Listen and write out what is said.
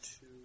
two